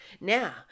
Now